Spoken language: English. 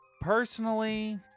Personally